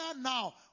now